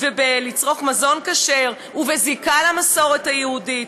ולצרוך מזון כשר וזיקה למסורת היהודית.